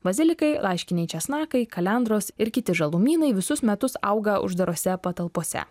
bazilikai laiškiniai česnakai kalendros ir kiti žalumynai visus metus auga uždarose patalpose